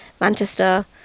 Manchester